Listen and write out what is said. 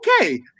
okay